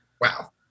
Wow